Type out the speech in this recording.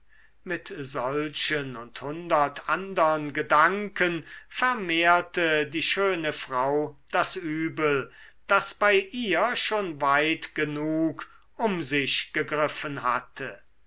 mit solchen und hundert andern gedanken vermehrte die schöne frau das übel das bei ihr schon weit genug um sich gegriffen hatte